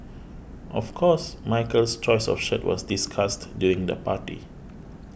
of course Michael's choice of shirt was discussed during the party